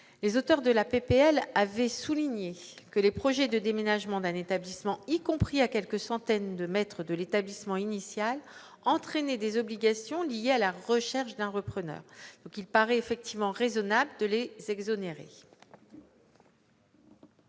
proposition de loi avaient souligné que les projets de déménagement d'un établissement, y compris à quelques centaines de mètres de l'établissement initial, entraînaient des obligations liées à la recherche d'un repreneur. Il paraît donc effectivement raisonnable de les exonérer